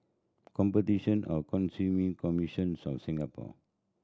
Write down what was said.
Competition of Consumer Commission Singapore